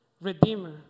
redeemer